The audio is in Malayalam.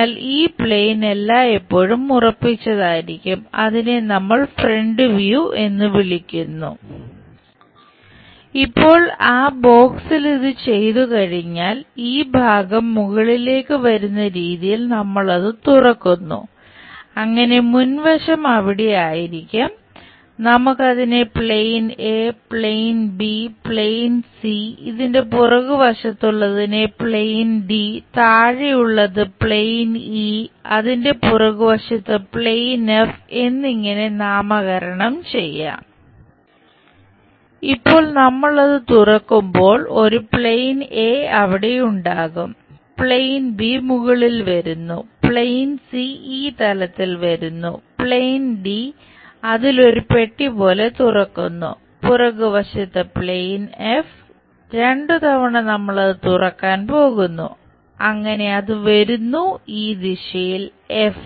അതിനാൽ ഈ പ്ലെയിൻ എല്ലായ്പ്പോഴും ഉറപ്പിച്ചതായിരിക്കും അതിനെ നമ്മൾ ഫ്രണ്ട് വ്യൂ എന്ന് വിളിക്കുന്നു ഇപ്പോൾ ആ ബോക്സിൽ ഇത് ചെയ്തുകഴിഞ്ഞാൽ ഈ ഭാഗം മുകളിലേക്ക് വരുന്ന രീതിയിൽ നമ്മൾ അത് തുറക്കുന്നു അങ്ങനെ മുൻവശം അവിടെ ആയിരിക്കും നമുക്ക് അതിനെ plane A plane B plane C ഇതിന്റെ പുറകു വശത്തുള്ളതിനെ പ്ലെയിൻ D താഴെയുള്ളത് പ്ലെയിൻ E അതിന്റെ പുറകുവശത്ത് പ്ലെയിൻ F എന്നിങ്ങനെ നാമകരണം ചെയ്യാം ഇപ്പോൾ നമ്മൾ അത് തുറക്കുമ്പോൾ ഒരു പ്ലെയ്ൻ A അവിടെ ഉണ്ടാകും പ്ലെയ്ൻ B മുകളിൽ വരുന്നു പ്ലെയ്ൻ C ഈ തലത്തിൽ വരുന്നു പ്ലെയ്ൻ D അതിൽ ഒരു പെട്ടി പോലെ തുറക്കുന്നു പുറകുവശത്ത് പ്ലെയ്ൻ F രണ്ടുതവണ നമ്മൾ അത് തുറക്കാൻ പോകുന്നു അങ്ങനെ അത് വരുന്നു ഈ ദിശയിൽ F